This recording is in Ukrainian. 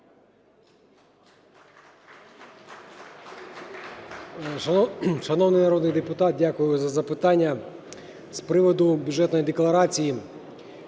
дякую за запитання.